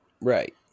Right